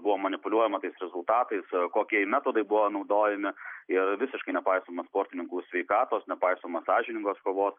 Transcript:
buvo manipuliuojama tais rezultatais kokie metodai buvo naudojami yra visiškai nepaisoma sportininkų sveikatos nepaisoma sąžiningos kovos